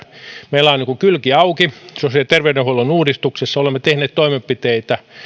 meillä on niin kuin kylki auki sosiaali ja terveydenhuollon uudistuksessa olemme tehneet toimenpiteitä